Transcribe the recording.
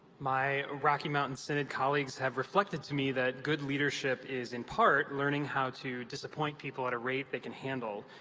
my rocky mountain synod colleagues have reflected to me that good leadership is in part learning how to disappoint people at a rate they can handle.